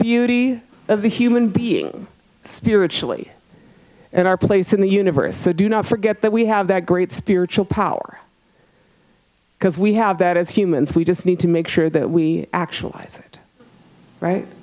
beauty of the human being spiritually and our place in the universe so do not forget that we have that great spiritual power because we have that as humans we just need to make sure that we actual